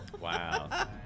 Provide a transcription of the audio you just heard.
Wow